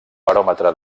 baròmetre